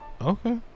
Okay